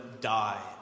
die